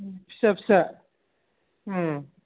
फिसा फिसा